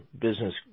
business